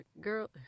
girl